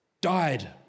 died